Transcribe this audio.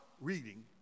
reading